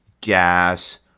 gas